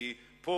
כי פה,